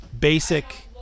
basic –